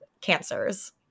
cancers